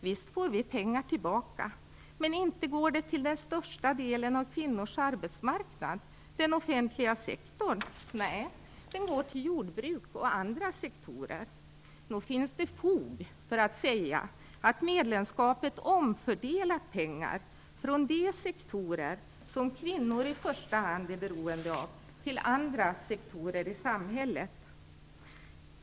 Visst får vi pengar tillbaka, men inte går de till den största delen av kvinnors arbetsmarknad, den offentliga sektorn. Nej, de går till jordbruk och andra sektorer. Nog finns det fog för att säga att medlemskapet omfördelar pengar från de sektorer som kvinnor i första hand är beroende av till andra sektorer i samhället.